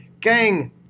Gang